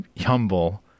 humble